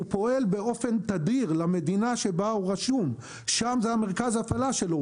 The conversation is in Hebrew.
הוא פועל באופן תדיר למדינה שבה הוא רשום שם זה מרכז ההפעלה שלו.